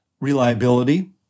reliability